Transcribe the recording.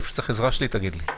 איפה שצריך עזרה שלי, תגיד לי.